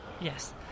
Yes